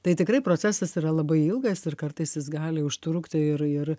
tai tikrai procesas yra labai ilgas ir kartais jis gali užtrukti ir ir